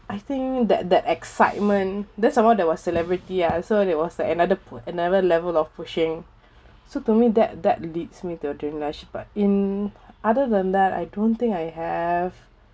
I think that that excitement then somehow that was celebrity ah so that was another pu~ another level of pushing so to me that that leads me to adrenaline rush but in other than that I don't think I have